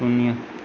શૂન્ય